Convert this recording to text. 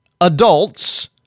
adults